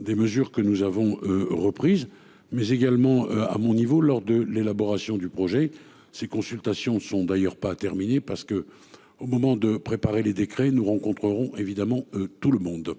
des mesures que nous avons reprises mais également à mon niveau lors de l'élaboration du projet. Ces consultations sont d'ailleurs pas terminée parce que au moment de préparer les décrets nous rencontrerons évidemment tout le monde.